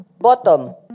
bottom